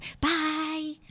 Bye